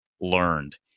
learned